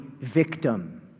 victim